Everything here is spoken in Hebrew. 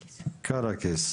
קרקיס,